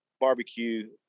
barbecue